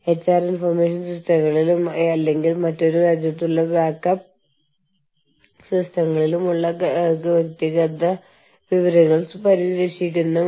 ഒരു രാജ്യത്ത് തൊഴിൽ തർക്കമുണ്ടായാൽ പണമൊഴുക്ക് ബിസിനസ്സ് നിലനിർത്താനുള്ള കഴിവ് എന്നിവ കാരണം തർക്കങ്ങളില്ലാത്ത രാജ്യങ്ങളിലെ പ്രവർത്തനങ്ങൾ ഭാഗികമായെങ്കിലും പരിപാലിക്കപ്പെടുന്നു